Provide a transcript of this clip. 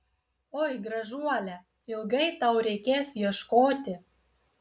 oi gražuole ilgai tau reikės ieškoti